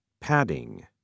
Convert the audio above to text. padding